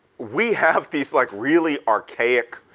we have these like really archaic,